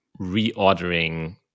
reordering